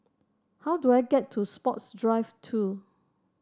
how do I get to Sports Drive Two